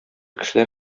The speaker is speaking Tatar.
кешеләр